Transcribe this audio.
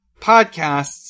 podcasts